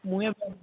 মোৰে